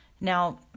Now